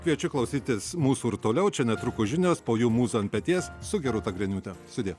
kviečiu klausytis mūsų ir toliau čia netrukus žinios po jų mūza ant peties su gerūta griniūte sudie